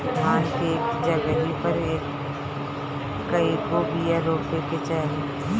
धान मे एक जगही पर कएगो बिया रोपे के चाही?